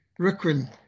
Riquin